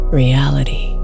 reality